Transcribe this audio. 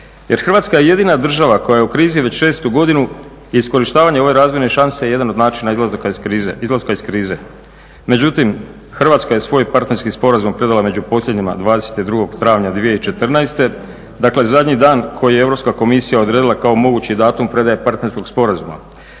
jer Hrvatska je jedina država koja je u krizi već 6. godinu i iskorištavanje ove razvojne šanse je jedan od načina izlaska iz krize. Međutim, Hrvatska je svoj partnerski sporazum predala među posljednjima, 22. travnja 2014., dakle zadnji dan koji je Europska komisija odredila kao mogući datum predaje partnerskog sporazuma.